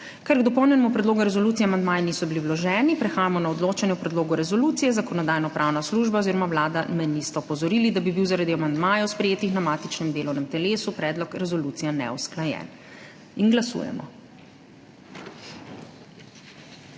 Ker k dopolnjenemu predlogu resolucije amandmaji niso bili vloženi, prehajamo na odločanje o predlogu resolucije. Zakonodajno-pravna služba oziroma Vlada me nista opozorili, da bi bil zaradi amandmajev, sprejetih na matičnem delovnem telesu, predlog resolucije neusklajen. Glasujemo.